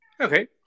Okay